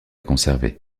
conserver